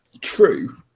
True